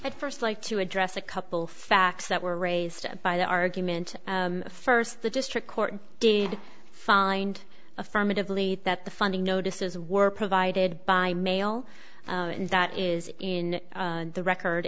i'd first like to address a couple facts that were raised by the argument first the district court did find affirmatively that the funding notices were provided by mail and that is in the record